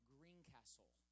Greencastle